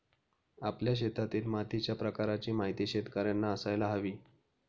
आपल्या शेतातील मातीच्या प्रकाराची माहिती शेतकर्यांना असायला हवी